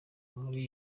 muri